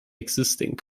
existing